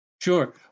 Sure